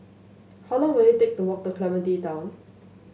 how long will it take to walk to Clementi Town